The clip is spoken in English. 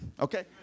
Okay